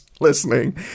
listening